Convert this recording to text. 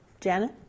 Janet